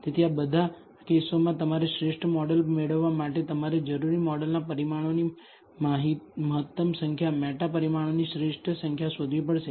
તેથી આ બધા કેસોમાં તમારે શ્રેષ્ઠ મોડેલ મેળવવા માટે તમારે જરૂરી મોડેલના પરિમાણોની મહત્તમ સંખ્યા મેટા પરિમાણોની શ્રેષ્ઠ સંખ્યા શોધવી પડશે